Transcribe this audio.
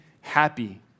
happy